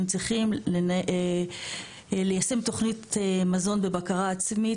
הם צריכים ליישם תוכנית מזון בבקרה עצמית,